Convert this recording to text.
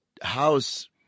house